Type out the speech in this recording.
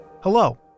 Hello